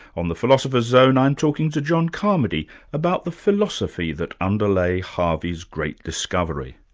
on the philosopher's zone, i'm talking to john carmody about the philosophy that underlay harvey's great discovery.